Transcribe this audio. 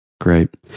Great